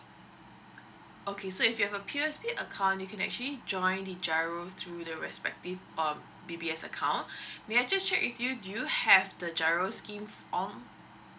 okay so if you have a P_O_S_B account you can actually join the G_I_R_O through the respective um D_B_S account may I just check with you do you have the G_I_R_O scheme on